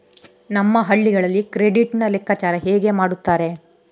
ನಮ್ಮ ಹಳ್ಳಿಗಳಲ್ಲಿ ಕ್ರೆಡಿಟ್ ನ ಲೆಕ್ಕಾಚಾರ ಹೇಗೆ ಮಾಡುತ್ತಾರೆ?